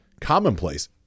commonplace